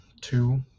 two